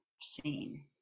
scene